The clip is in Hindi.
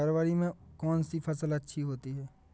फरवरी में कौन सी फ़सल अच्छी होती है?